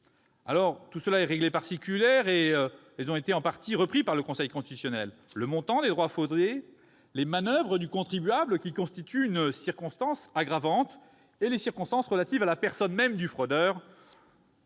Ces critères, réglés par circulaire, ont été en partie repris par le Conseil constitutionnel. Ce sont le montant des droits fraudés ; les manoeuvres du contribuable, qui constituent une circonstance aggravante ; les circonstances relatives à la personne même du fraudeur,